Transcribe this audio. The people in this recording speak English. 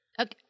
Okay